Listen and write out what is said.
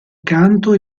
canto